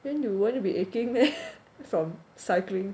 then you won't be aching meh from cycling